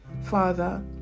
Father